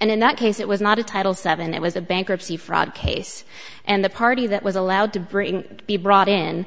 and in that case it was not a title seven it was a bankruptcy fraud case and the party that was allowed to bring be brought in